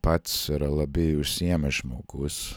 pats yra labai užsiėmęs žmogus